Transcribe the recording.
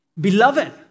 Beloved